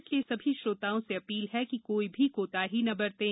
इसलिए सभी श्रोताओं से अपील है कि कोई भी कोताही न बरतें